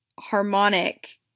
harmonic